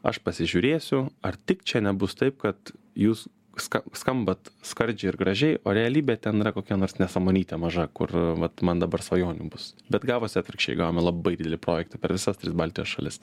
aš pasižiūrėsiu ar tik čia nebus taip kad jūs ska skambat skardžiai ir gražiai o realybė ten yra kokia nors nesąmonytė maža kur vat man dabar svajonių bus bet gavosi atvirkščiai gavome labai didelį projektą per visas tris baltijos šalis